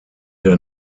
der